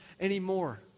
anymore